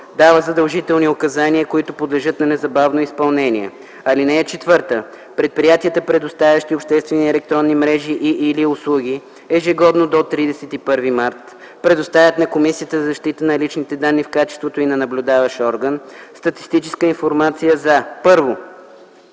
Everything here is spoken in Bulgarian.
дава задължителни указания, които подлежат на незабавно изпълнение. (4) Предприятията, предоставящи обществени електронни мрежи и/или услуги, ежегодно до 31 март предоставят на Комисията за защита на личните данни в качеството й на наблюдаващ орган статистическа информация за: